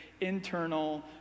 internal